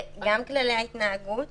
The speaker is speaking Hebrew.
גם כללי ההתנהגות